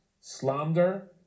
slander